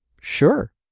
Sure